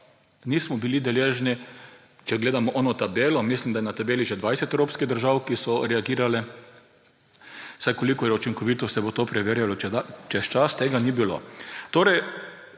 nismo bili deležni, če gledamo tisto tabelo, mislim, da je na tabeli že 20 evropskih držav, ki so reagirale. Saj koliko je to učinkovito, se bo preverjalo čez čas. Mi smo danes